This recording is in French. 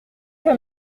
que